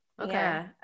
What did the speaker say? okay